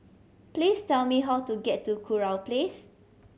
please tell me how to get to Kurau Place